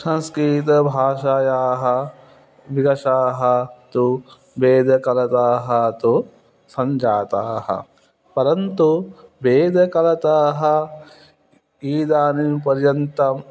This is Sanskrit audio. संस्कृतभाषायाः विकासाः तु वेदकालतः तु सञ्जाताः परन्तु वेदकालतः इदानीं पर्यन्तं